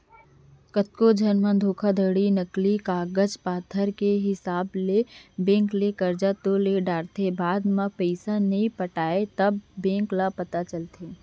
कतको झन मन धोखाघड़ी करके नकली कागज पतर के हिसाब ले बेंक ले करजा तो ले डरथे बाद म पइसा ल नइ पटावय तब बेंक ल पता चलथे